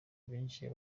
binjiye